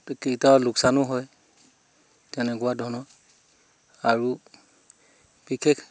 কেতিয়াবা লোকচানো হয় তেনেকুৱা ধৰণৰ আৰু বিশেষ